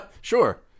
Sure